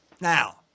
Now